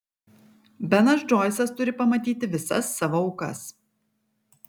benas džoisas turi pamatyti visas savo aukas